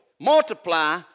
multiply